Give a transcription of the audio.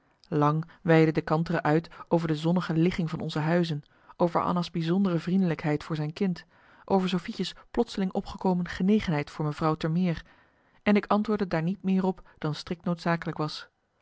lang weidde de kantere uit marcellus emants een nagelaten bekentenis over de zonnige ligging van onze huizen over anna's bijzondere vriendelijkheid voor zijn kind over sofietje's plotseling opgekomen genegenheid voor mevrouw termeer en ik antwoordde daar niet meer op dan strikt noodzakelijk was